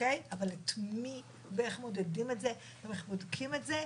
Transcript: אבל את מי ואיך מודדים את זה ואיך בודקים את זה,